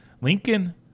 Lincoln